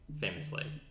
famously